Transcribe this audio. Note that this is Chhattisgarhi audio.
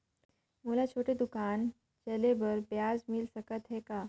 मोला छोटे दुकान चले बर ब्याज मिल सकत ही कौन?